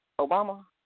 Obama